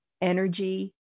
energy